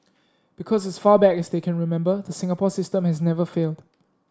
because as far back as they can remember the Singapore system has never failed